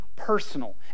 personal